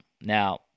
Now